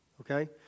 okay